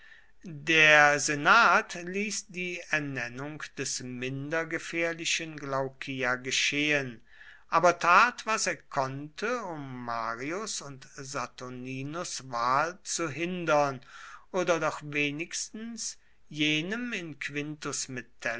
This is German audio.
der senat ließ die ernennung des minder gefährlichen glaucia geschehen aber tat was er konnte um marius und saturninus wahl zu hindern oder doch wenigstens jenem in quintus